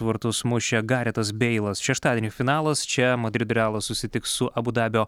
vartus mušė garetas beilas šeštadienį finalas čia madrido realas susitiks su abudabio